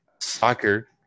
soccer